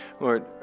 Lord